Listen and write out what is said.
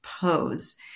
pose